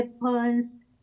weapons